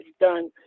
done